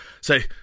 Say